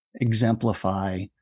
exemplify